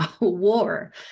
war